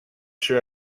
sure